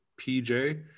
PJ